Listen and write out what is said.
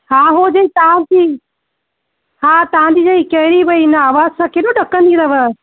हा हूअ जे तव्हांजी हा तव्हांजी जेकी कहिड़ी भई इन आवाज़ सां केॾो ॾकंदी अथव